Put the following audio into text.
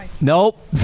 Nope